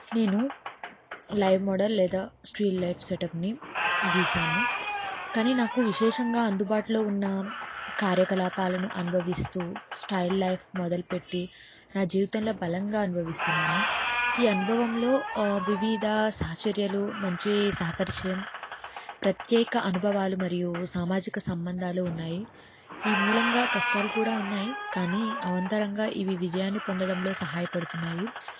నేను live model లేదా still life సెటప్ని గీసాను కానీ నాకు విశేషంగా అందుబాటులో ఉన్న కార్యకలాపాలను అనుభవిస్తూ స్టైల్ లైఫ్ మొదలుపెట్టి నా జీవితంలో బలంగా అనుభవిస్తున్నాను ఈ అనుభవంలో వివిధ సహచర్యలు మంచి సహపరిచయం ప్రత్యేక అనుభవాలు మరియు సామాజిక సంబంధాలు ఉన్నాయి ఈ మూలంగా కష్టాలు కూడా ఉన్నాయి కానీ అవంతరంగా ఇవి విజయాన్ని పొందడంలో సహాయపడుతున్నాయి